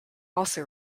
also